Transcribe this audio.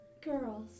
Girls